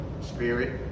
Spirit